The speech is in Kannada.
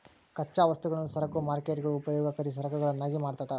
ಕಚ್ಚಾ ವಸ್ತುಗಳನ್ನು ಸರಕು ಮಾರ್ಕೇಟ್ಗುಳು ಉಪಯೋಗಕರಿ ಸರಕುಗಳನ್ನಾಗಿ ಮಾಡ್ತದ